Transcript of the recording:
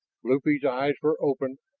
lupe's eyes were open,